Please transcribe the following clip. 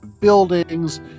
buildings